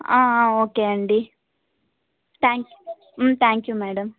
okay అండి thank thank you madam